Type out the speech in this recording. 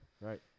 right